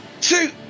two